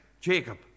Jacob